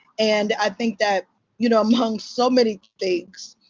and i think that you know among so many things,